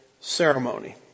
ceremony